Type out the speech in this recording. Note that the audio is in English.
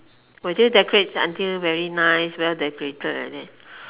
will you decorate until very nice well decorated like that